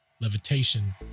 levitation